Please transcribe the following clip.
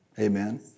Amen